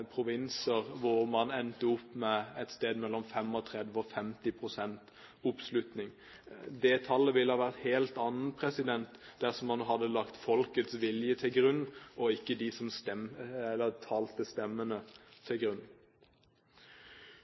provinser endte man opp med et sted mellom 35 og 50 pst. oppslutning. Det tallet ville vært et helt annet, dersom man hadde lagt folkets vilje til grunn, og ikke de talte stemmene. Norge har over lang tid hatt en aktiv holdning overfor Burma. Det er mange som